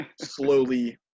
slowly